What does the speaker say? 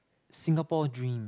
Singapore dream